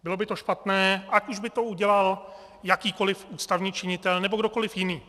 Bylo by to špatné, ať už by to udělal jakýkoliv ústavní činitel nebo kdokoliv jiný.